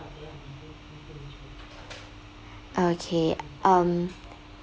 okay um